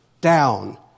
down